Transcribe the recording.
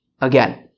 again